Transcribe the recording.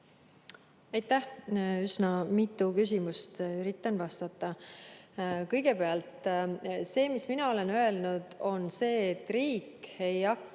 Aitäh! Üsna mitu küsimust, üritan vastata. Kõigepealt, see, mis mina olen öelnud, on see, et riik ei hakka